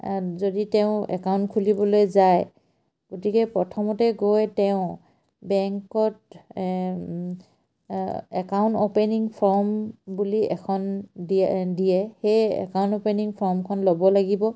যদি তেওঁ একাউণ্ট খুলিবলৈ যায় গতিকে প্ৰথমতে গৈ তেওঁ বেংকত একাউণ্ট অ'পেনিং ফৰ্ম বুলি এখন দিয়ে সেই একাউণ্ট অ'পেনিং ফৰ্মখন ল'ব লাগিব